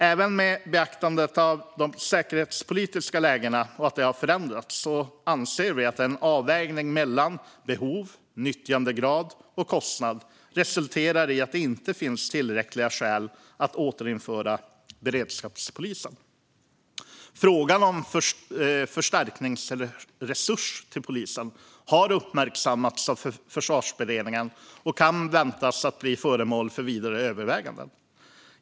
Även med beaktande av att det säkerhetspolitiska läget har förändrats anser vi att en avvägning mellan behov, nyttjandegrad och kostnad resulterar i att det inte finns tillräckliga skäl att återinföra beredskapspolisen. Frågan om en förstärkningsresurs till polisen har uppmärksammats av Försvarsberedningen och kan väntas bli föremål för vidare överväganden.